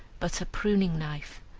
but a pruning-knife.